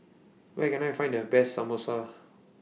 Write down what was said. Where Can I Find The Best Samosa